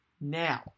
now